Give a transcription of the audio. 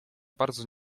bardzo